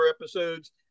episodes